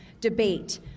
debate